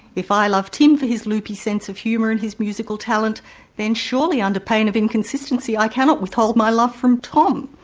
if i loved him for loopy sense of humour and his musical talent then surely under pain of inconsistency, i cannot withhold my love from tom,